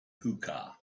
hookah